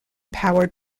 powered